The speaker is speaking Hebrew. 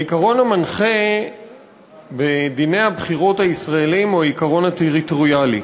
העיקרון המנחה בדיני הבחירות הישראליים הוא העיקרון הטריטוריאלי.